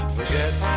Forget